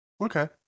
Okay